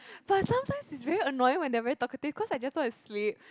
but sometimes it's very annoying when they're very talkative cause I just want to sleep